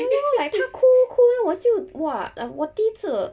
对 lor like 他哭哭 then 我就 !wah! like 我第一次